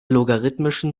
logarithmischen